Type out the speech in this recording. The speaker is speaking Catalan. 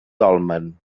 dolmen